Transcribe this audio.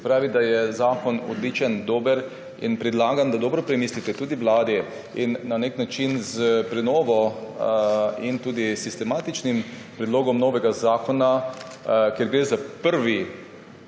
Se pravi, da je zakon odličen, dober, in predlagam, da dobro premislite, tudi Vladi. Na nek način se s prenovo in tudi s sistematičnim predlogom novega zakona, kjer gre za prvo